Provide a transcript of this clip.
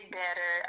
better